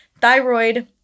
thyroid